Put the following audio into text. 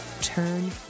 turn